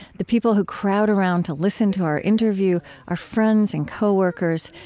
the people who crowd around to listen to our interview are friends and co-workers.